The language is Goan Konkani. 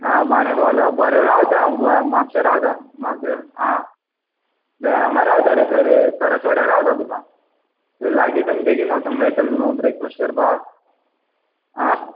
आं बान्या पावला बरें रावतां हांव गों म्हापशा रावता म्हापशा आं बरें हांगा रावतां रे खंय रे करासवाड्या रावतां तुका थंय लागींसून बेगीन वचूंक मेळटलें न्हय ब्रेकफस्ट करपाक आं